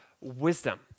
wisdom